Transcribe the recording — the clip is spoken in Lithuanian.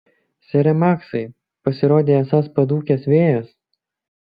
sere maksai pasirodei esąs padūkęs vėjas